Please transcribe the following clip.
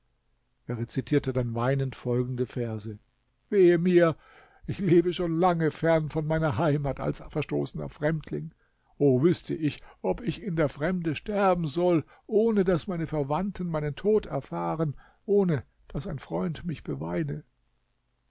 er rezitierte dann weinend folgende verse wehe mir ich lebe schon lange fern von meiner heimat als verstoßener fremdling o wüßte ich ob ich in der fremde sterben soll ohne daß meine verwandten meinen tod erfahren ohne daß ein freund mich beweine